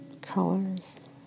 colors